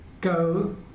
go